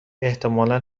احتمالا